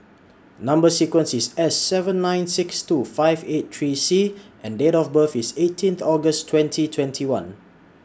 Number sequence IS S seven nine six two five eight three C and Date of birth IS eighteen August twenty twenty one